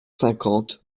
cinquante